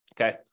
okay